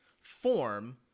form